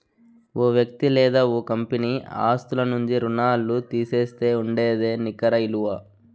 ఓ వ్యక్తి లేదా ఓ కంపెనీ ఆస్తుల నుంచి రుణాల్లు తీసేస్తే ఉండేదే నికర ఇలువ